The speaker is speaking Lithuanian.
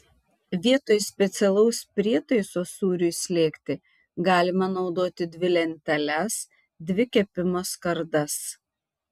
vietoj specialaus prietaiso sūriui slėgti galima naudoti dvi lenteles dvi kepimo skardas